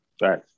Right